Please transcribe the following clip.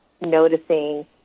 noticing